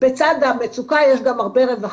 בצד המצוקה יש גם הרבה רווחה.